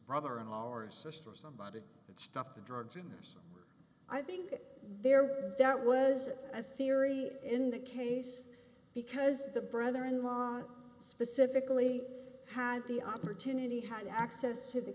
brother in law or sister or somebody that stuff the drugs in the us i think there that was a theory in the case because the brother in law specifically had the opportunity had access to the